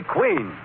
Queen